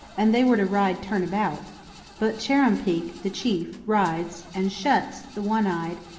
and they were to ride turn about but chuar'ruumpeak, the chief, rides, and shuts, the one-eyed,